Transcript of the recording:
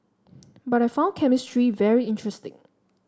but I found chemistry very interesting